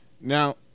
Now